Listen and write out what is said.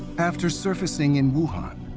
after surfacing in wuhan,